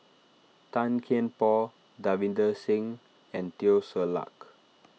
Tan Kian Por Davinder Singh and Teo Ser Luck